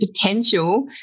potential